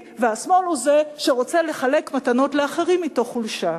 והשמאל הוא זה שרוצה לחלק מתנות לאחרים מתוך חולשה.